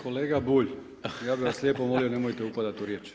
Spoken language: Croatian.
Kolega Bulj, ja bih vas lijepo molio nemojte upadati u riječ.